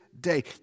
day